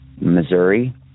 Missouri